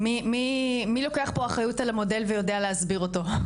מי לוקח פה אחריות על המודל שמוצע ויודע להסביר אותו?